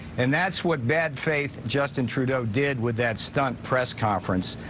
and that's what bad faith justin trudeau did with that stunt press conference.